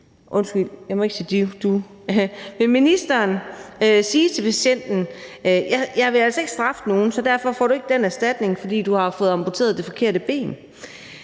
Undskyld, jeg må ikke sige du. Vil ministeren sige til patienten: Jeg vil altså ikke straffe nogen, så derfor får du ikke erstatning for at have fået amputeret det forkerte ben?